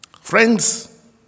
Friends